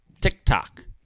TikTok